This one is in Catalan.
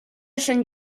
sant